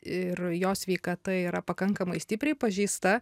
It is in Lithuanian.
ir jo sveikata yra pakankamai stipriai pažeista